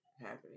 happening